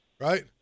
right